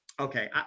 Okay